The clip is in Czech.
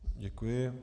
Děkuji.